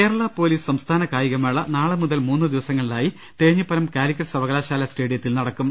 Kerala police സംസ്ഥാന കായികമേള നാളെ മുതൽ മൂന്നു ദിവസങ്ങളിലായി തേഞ്ഞിപ്പലം കാലിക്കറ്റ് സർവകലാശാലാ സ്റ്റേഡിയത്തിൽ നടക്കും